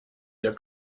their